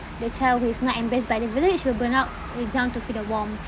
the child who is not embraced by the village will burn up to fill a warmth